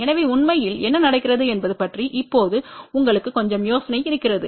எனவே உண்மையில் என்ன நடக்கிறது என்பது பற்றி இப்போது உங்களுக்கு கொஞ்சம் யோசனை இருக்கிறது